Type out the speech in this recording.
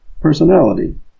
personality